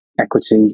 equity